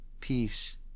peace